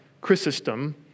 Chrysostom